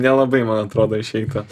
nelabai man atrodo išeitų